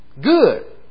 Good